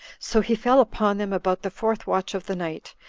so he fell upon them about the fourth watch of the night,